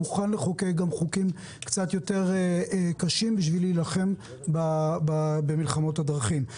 מוכן לחוקק גם חוקים קצת יותר קשים בשביל להילחם במלחמות הדרכים.